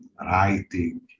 writing